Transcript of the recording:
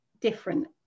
different